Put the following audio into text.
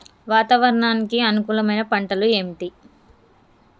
వాతావరణానికి అనుకూలమైన పంటలు ఏంటి?